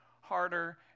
harder